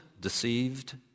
deceived